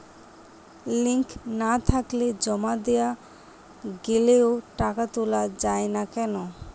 Link না থাকলে জমা দেওয়া গেলেও টাকা তোলা য়ায় না কেন?